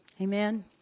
Amen